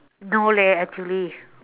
no leh actually